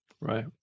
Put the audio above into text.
Right